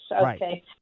Okay